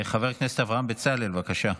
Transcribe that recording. חבר הכנסת אברהם בצלאל, בבקשה.